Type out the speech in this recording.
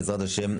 בעזרת השם,